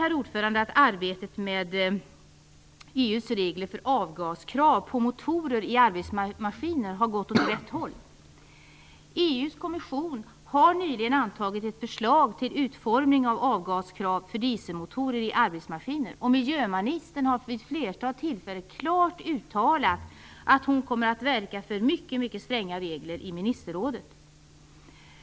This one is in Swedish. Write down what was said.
Jag är glad att arbetet med EU:s regler för avgaskrav när det gäller motorer i arbetsmaskiner har gått åt rätt håll. EU:s kommission har nyligen antagit ett förslag till utformning av avgaskrav för dieselmotorer i arbetsmaskiner, och miljöministern har vid ett flertal tillfällen klart uttalat att hon i ministerrådet kommer att verka för mycket stränga regler.